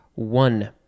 One